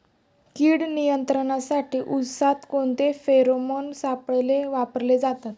कीड नियंत्रणासाठी उसात कोणते फेरोमोन सापळे वापरले जातात?